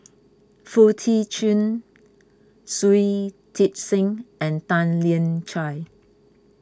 Foo Tee Chun Shui Tit Sing and Tan Lian Chye